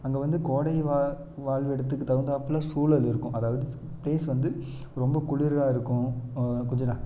அங்கே வந்து கோடை வாழ் வாழ்விடத்துக்கு தகுந்தாப்ல சூழல் இருக்கும் அதாவது பிளேஸ் வந்து ரொம்ப குளிராக இருக்கும் கொஞ்சம் ந